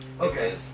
Okay